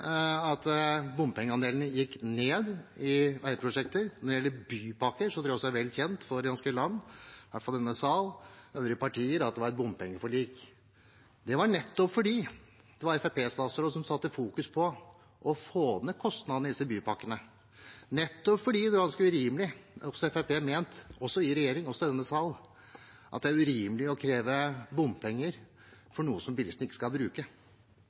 gjelder bypakker, tror jeg også det er vel kjent for det ganske land, i hvert fall for denne salen og øvrige partier, at det var et bompengeforlik. Det var fordi det var en Fremskrittsparti-statsråd som fokuserte på å få ned kostnadene i disse bypakkene, nettopp fordi det er ganske urimelig – det har Fremskrittspartiet ment i regjering, og også i denne salen – å kreve bompenger for noe bilistene ikke skal bruke.